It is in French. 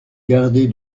garder